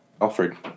Alfred